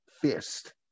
fist